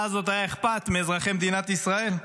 הזאת היה אכפת מאזרחי מדינת ישראל.